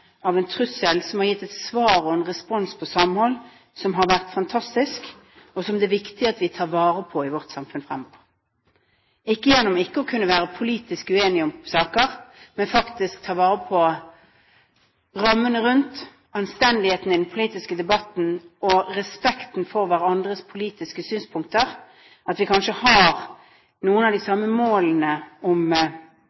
av en trussel hvor man har gitt et svar og en respons om samhold som har vært fantastisk, og som det er viktig at vi tar vare på i vårt samfunn fremover – ikke gjennom ikke å kunne være politisk uenig om saker, men gjennom faktisk å ta vare på rammene rundt, anstendigheten i den politiske debatten og respekten for hverandres politiske synspunkter, at vi kanskje har noen av de